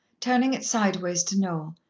turning it sideways to noel,